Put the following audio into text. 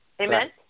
Amen